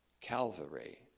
Calvary